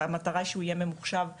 אני מקווה שהוא יהיה ממוחשב לגמרי.